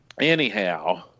anyhow